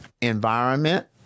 environment